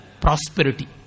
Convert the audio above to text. prosperity